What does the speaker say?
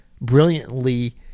brilliantly